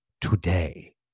today